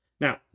Now